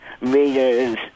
readers